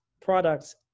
products